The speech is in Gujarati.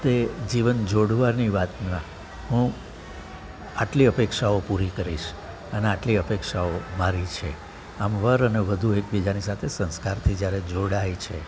તે જીવન જોડવાની વાતમાં હું આટલી અપેક્ષાઓ પૂરી કરીશ અન આટલી અપેક્ષાઓ મારી છે આમ વર અને વધુ એકબીજાની સાથે સંસ્કારથી જ્યારે જોડાય છે